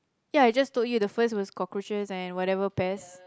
ya I just told you the first was cockroaches and whatever pest